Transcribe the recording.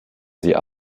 sie